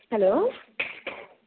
hello